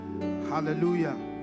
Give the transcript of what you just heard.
hallelujah